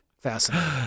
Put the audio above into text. Fascinating